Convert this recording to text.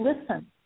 listen